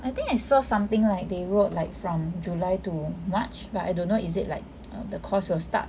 I think I saw something like they wrote like from july to march but I don't know is it like the course will start